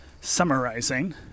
summarizing